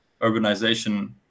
urbanization